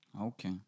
Okay